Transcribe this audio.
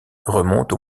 remonte